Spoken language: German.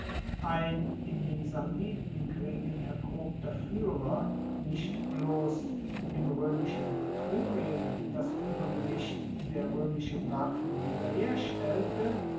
ein in den samnitenkriegen erprobter fuehrer nicht bloss im roemischen etrurien das uebergewicht der roemischen waffen